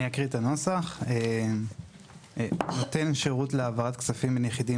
אני אקריא את הנוסח: "נותן שירות להעברת כספים בין יחידים